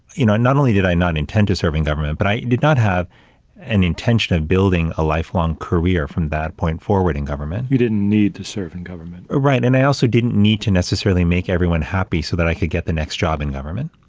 you know, not only did i not intend to serving government, but i did not have an intention of building a lifelong career from that point forward in government. you didn't need to serve in government murthy right. and i also didn't need to necessarily make everyone happy so that i could get the next job in government.